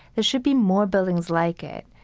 there should be more buildings like it.